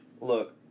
Look